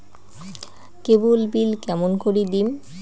কেবল bill কেমন করি দিম?